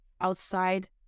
outside